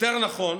יותר נכון